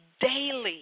daily